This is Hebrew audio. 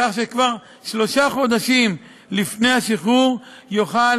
כך שכבר שלושה חודשים לפני השחרור יוכל